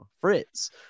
Fritz